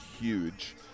huge